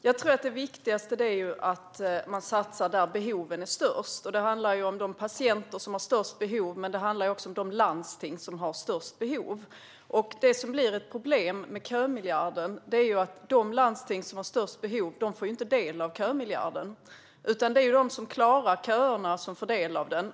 Fru talman! Det viktigaste är att man satsar där behoven är störst. Det handlar om de patienter som har störst behov, men det handlar också om de landsting som har störst behov. Ett problem med kömiljarden är att de landsting som har störst behov inte får del av kömiljarden, utan det är de som klarar köerna som får del av den.